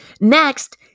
Next